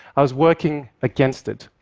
i was working against it.